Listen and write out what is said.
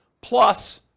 plus